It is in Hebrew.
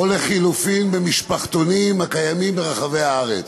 או לחלופין, במשפחתונים הקיימים ברחבי הארץ.